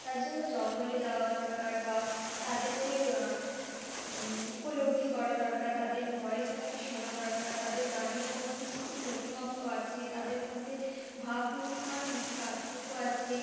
তার জন্য জঙ্গলে যাওয়া দরকার বা তাদেরকে উপলব্ধি করা দরকার তাদের ভয়েসটাকে শোনা দরকার তাদের গানের মধ্যে কী কী নতুনত্ব আছে তাদের মধ্যে ভাবভঙ্গিমার কী কী পার্থক্য আছে